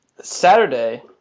Saturday